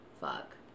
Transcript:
Fuck